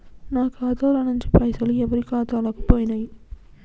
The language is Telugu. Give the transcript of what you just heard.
నా ఖాతా ల నుంచి పైసలు ఎవరు ఖాతాలకు పోయినయ్?